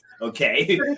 okay